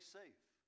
safe